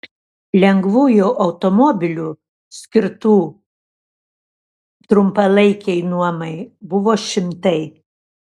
lengvųjų automobilių skirtų trumpalaikei nuomai buvo šimtai